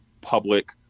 public